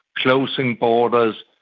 closing borders,